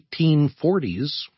1840s